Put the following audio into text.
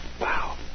wow